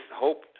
Hope